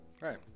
right